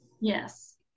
yes